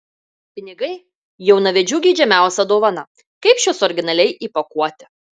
pinigai jaunavedžių geidžiamiausia dovana kaip šiuos originaliai įpakuoti